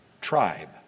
tribe